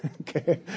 Okay